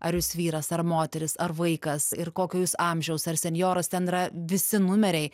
ar jūs vyras ar moteris ar vaikas ir kokio jūs amžiaus ar senjoras ten yra visi numeriai